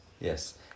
Yes